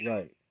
Right